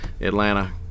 Atlanta